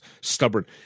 stubborn –